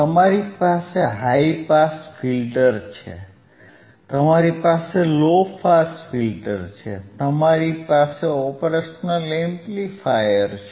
તમારી પાસે high pass filter છે તમારી પાસે લો પાસ ફિલ્ટર છે તમારી પાસે ઓપરેશનલ એમ્પ્લીફાયર છે